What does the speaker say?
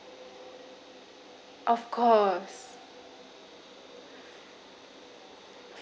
of course